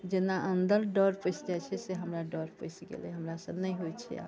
जेना अन्दर डर पैस जाइ छै से हमरा डर पैस गेलै है हमरासँ नहि होइ छै आब